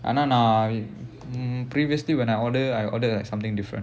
ஆனா நான்:aanaa naan mm previously when I order I order like something different